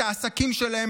את העסקים שלהם,